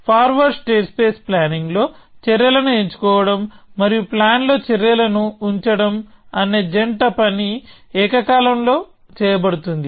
forward state space planning లో చర్యలను ఎంచుకోవడం మరియు ప్లాన్ లో చర్యలను ఉంచడం అనే జంట పని ఏకకాలంలో చేయబడుతుంది